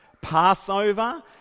Passover